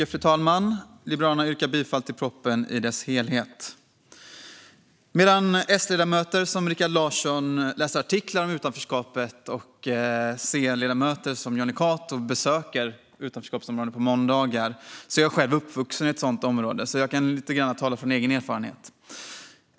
Fru talman! Jag yrkar bifall till utskottets förslag. Till skillnad från S-ledamöter som Rikard Larsson som läser artiklar om utanförskapet och C-ledamöter som Jonny Cato som besöker utanförskapsområden på måndagar är jag själv uppvuxen i ett sådant område. Jag kan alltså tala av egen erfarenhet.